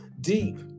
deep